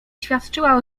świadczyła